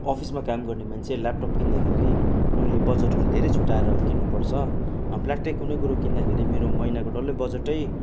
अफिसमा काम गर्ने मान्छे ल्यापटप किन्दाखेरि मैले बजेटहरू धेरै छुटाएर किन्नुपर्छ प्लाट्टै कुनै कुरो किन्दाखेरि मेरो महिनाको डल्लै बजेटै